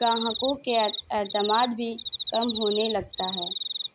گاہکوں کے اعتماد بھی کم ہونے لگتا ہے